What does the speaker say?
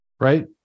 right